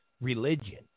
religion